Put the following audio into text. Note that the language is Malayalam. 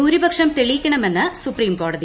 ഭൂരിപക്ഷം തെളിയിക്കണമെന്ന് സുപ്രീം കോടതി